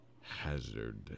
hazard